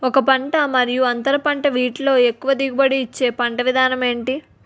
ఒక పంట మరియు అంతర పంట వీటిలో ఎక్కువ దిగుబడి ఇచ్చే పంట విధానం ఏంటి?